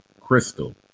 crystal